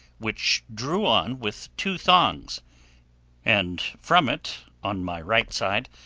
which drew on with two thongs and from it, on my right side,